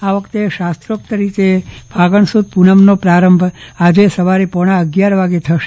આ વખતે શાસ્ત્રોક્ત રીતે ફાગણ સુદ પુનમનો પ્રારંભ આજે સવારે પોણા અગિયાર વાગ્યે થશે